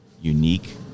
unique